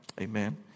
Amen